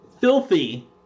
filthy